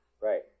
right